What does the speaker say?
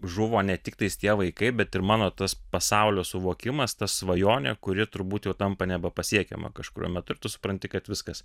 žuvo ne tiktais tie vaikai bet ir mano tas pasaulio suvokimas ta svajonė kuri turbūt jau tampa nebepasiekiama kažkuriuo metu ir tu supranti kad viskas